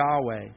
Yahweh